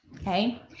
okay